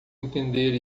entender